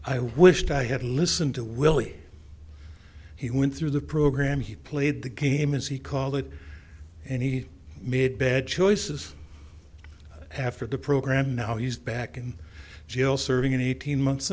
i wished i had listened to willie he went through the program he played the game as he called it and he made bad choices have for the program now he's back in jail serving eighteen months